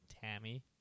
Tammy